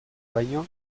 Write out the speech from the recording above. baino